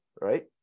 right